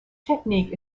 technique